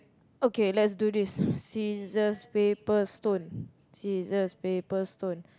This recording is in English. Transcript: okay let's do this scissors paper stone scissors paper stone